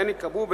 ובהן ייקבעו,